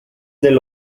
del